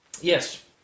Yes